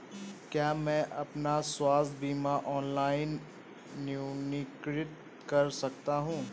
क्या मैं अपना स्वास्थ्य बीमा ऑनलाइन नवीनीकृत कर सकता हूँ?